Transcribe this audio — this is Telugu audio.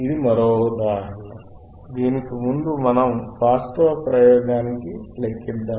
ఇది మరో ఉదాహరణ దీనికి ముందు మనం వాస్తవ ప్రయోగానికి లెక్కిద్దాము